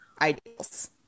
ideals